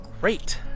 great